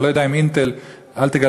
אני לא יודע אם "אינטל" אל תגלה,